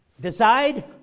decide